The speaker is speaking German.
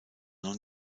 noch